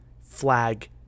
flag